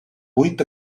vuit